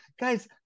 guys